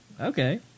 okay